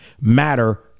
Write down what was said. matter